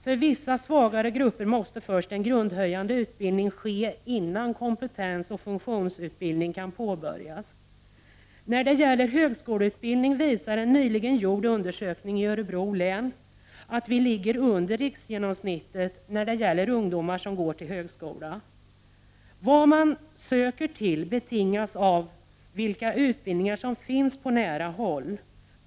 För vissa svaga grupper måste först en grundhöjande utbildning genomföras innan kompetensoch funktionsutbildning kan påbörjas. När det gäller högskoleutbildning visar en nyligen gjord undersökning i Örebro län att vi ligger under riksgenomsnittet i fråga om ungdomar som går till högskola. Vad man söker till betingas av vilka utbildningar som finns på nära håll.